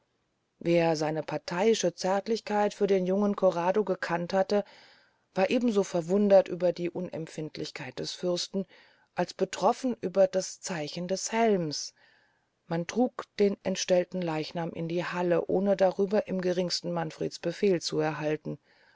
wer seine partheyische zärtlichkeit für den jungen corrado gekannt hatte war eben so verwundert über die unempfindlichkeit des fürsten als betroffen über das zeichen des helms man trug den entstellten leichnam in die halle ohne darüber im geringsten manfreds befehl zu erhalten